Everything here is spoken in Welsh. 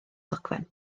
ddogfen